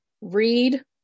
read